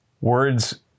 Words